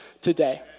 today